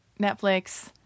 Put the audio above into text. Netflix